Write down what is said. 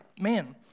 man